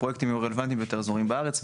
הפרויקטים יהיו רלוונטיים ליותר אזורים בארץ,